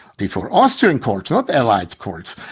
before austrian courts, not the allied courts.